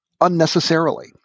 unnecessarily